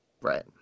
Right